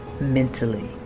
mentally